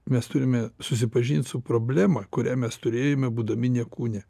mes turime susipažint su problema kurią mes turėjome būdami ne kūne